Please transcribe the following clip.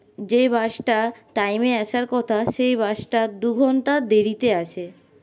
যেই বাসটা টাইমে আসার কথা সেই বাসটা দুঘণ্টা দেরিতে আসে